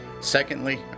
Secondly